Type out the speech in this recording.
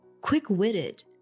quick-witted